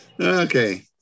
Okay